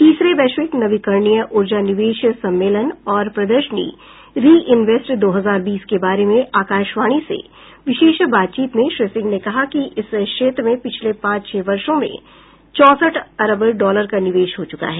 तीसरे वैश्विक नवीकरणीय ऊर्जा निवेश सम्मेलन और प्रदर्शनी री इनवेस्ट दो हजार बीस के बारे में आकाशवाणी से विशेष बातचीत में श्री सिंह ने कहा कि इस क्षेत्र में पिछले पांच छह वर्षों में चौसठ अरब डॉलर का निवेश हो चुका है